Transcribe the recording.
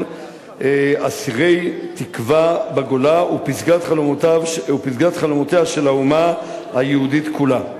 אסיר תקווה בגולה ופסגת חלומותיה של האומה היהודית כולה.